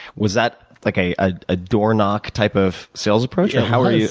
was that like a ah ah door knock type of sales approach? how where you